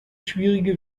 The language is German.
schwierige